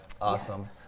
awesome